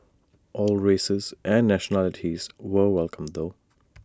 all races and nationalities were welcome though